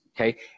okay